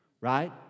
right